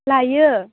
लायो